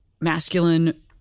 masculine